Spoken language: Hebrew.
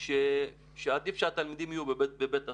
שעדיף שהתלמידים יהיו בבית הספר,